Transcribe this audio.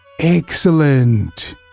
Excellent